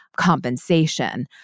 compensation